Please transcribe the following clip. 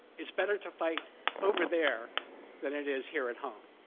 it's better to fight over there than it is here at home.